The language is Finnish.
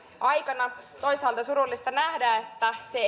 aikana toisaalta on surullista nähdä että se